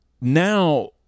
now